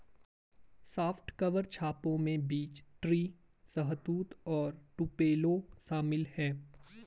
soft cover छापों में beech tree, शहतूत और टुपेलो शामिल है